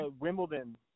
Wimbledon